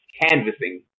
canvassing